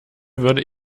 würde